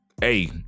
Hey